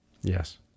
Yes